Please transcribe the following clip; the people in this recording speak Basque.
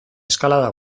eskalada